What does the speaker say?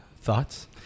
Thoughts